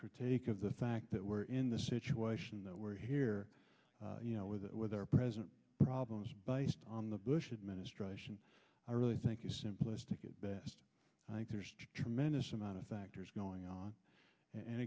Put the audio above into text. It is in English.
critique of the fact that we're in the situation that we're here you know with with our present problems based on the bush administration i really think you simplistic it best i think there's a tremendous amount of factors going on and